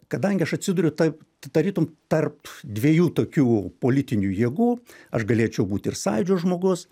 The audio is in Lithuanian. kadangi aš atsiduriu tarp tarytum tarp dviejų tokių politinių jėgų aš galėčiau būt ir sąjūdžio žmogus